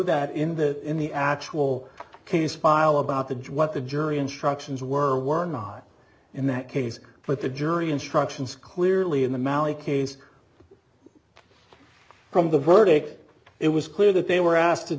that in the in the actual case file about the judge what the jury instructions were were not in that case but the jury instructions clearly in the mallee case from the verdict it was clear that they were asked